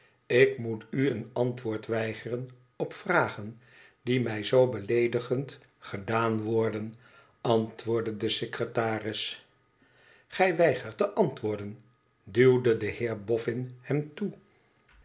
ik moet u een antwoord weigeren op vragen die mij zoo beleedigend gedajn worden antwoordde de secretaris gij weigert te antwoorden duwde de heer boffin hem toe